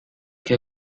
que